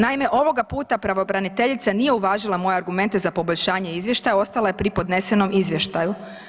Naime, ovoga puta pravobraniteljica nije uvažila moje argumente za poboljšanje izvještaja, ostala je pri podnesenom izvještaju.